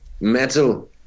metal